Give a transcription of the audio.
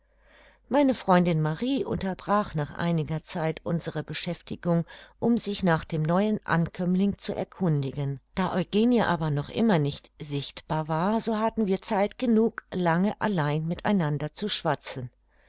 meine freundin marie unterbrach nach einiger zeit unsere beschäftigung um sich nach dem neuen ankömmling zu erkundigen da eugenie aber noch immer nicht sichtbar war so hatten wir zeit genug lange allein mit einander zu schwatzen